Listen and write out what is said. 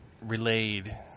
relayed